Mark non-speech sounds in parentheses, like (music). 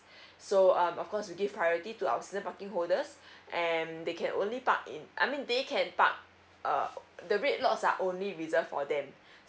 (breath) so um of course we give priority to our season parking holders (breath) and they can only park in I mean they can park err the red lots are only reserved for them (breath)